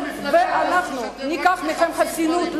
ואנחנו ניקח מכם את החסינות.